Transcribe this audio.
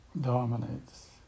dominates